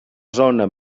zona